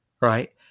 right